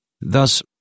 Thus